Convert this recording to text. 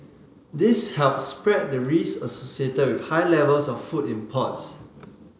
this helps spread the risk associated with high levels of food imports